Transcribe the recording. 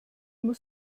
muss